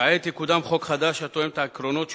כעת יקודם חוק חדש, התואם את העקרונות שאושרו.